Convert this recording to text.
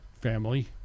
family